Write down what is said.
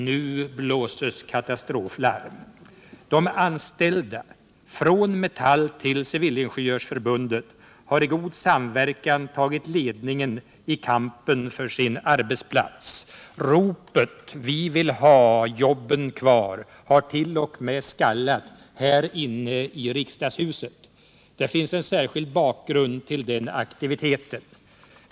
Nu blåses katastroflarm, De anställda, från Metall till Civilingenjörsförbundet, har i god samverkan tagit ledningen i kampen för sin arbetsplats. Ropet ”Vi vill ha jobben kvar!” har t.o.m. skallat här inne i riksdagshuset. Det finns en särskild bakgrund till den aktiviteten.